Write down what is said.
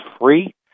free